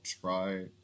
try